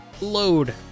load